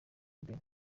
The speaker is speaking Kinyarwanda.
benin